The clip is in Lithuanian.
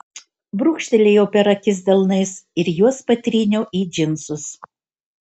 brūkštelėjau per akis delnais ir juos patryniau į džinsus